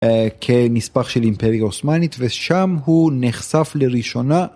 כנספח של אימפריה עות'מאנית ושם הוא נחשף לראשונה.